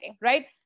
right